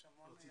יש המון ידיים.